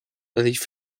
leave